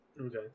Okay